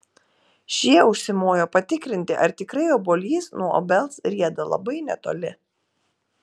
šie užsimojo patikrinti ar tikrai obuolys nuo obels rieda labai netoli